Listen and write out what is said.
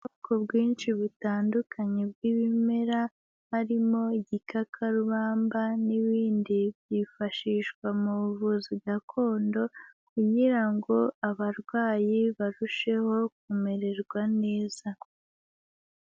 Ubwoko bwinshi butandukanye bw'ibimera harimo igikakarubamba n'ibindi, byifashishwa mu buvuzi gakondo kugira ngo abarwayi barusheho kumererwa neza.